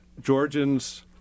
Georgians